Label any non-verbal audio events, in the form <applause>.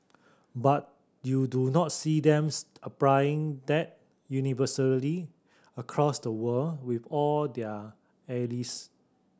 but you do not see them <unintelligible> applying that universally across the world with all their allies